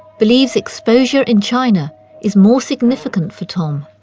believes exposure in china is more significant for tom